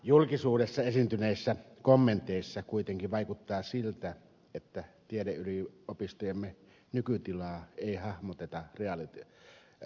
julkisuudessa esiintyneissä kommenteissa kuitenkin vaikuttaa siltä että tiedeyliopistojemme nykytilaa ei hahmoteta realistisesti